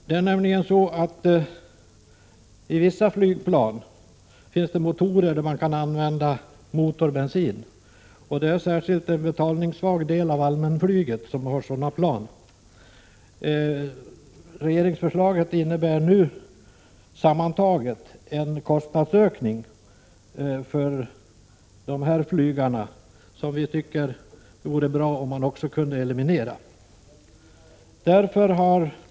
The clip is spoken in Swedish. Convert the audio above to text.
Det är nämligen så att i vissa flygbolag finns det motorer där man kan använda motorbensin, och det är särskilt en betalningssvag del inom allmänflyget som har sådana plan. Regeringsförslaget innebär sammantaget en kostnadsökning för de här flygarna. Vi tycker att det vore bra om denna kostnadsökning kunde elimineras.